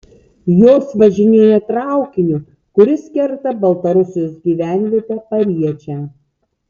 jos važinėja traukiniu kuris kerta baltarusijos gyvenvietę pariečę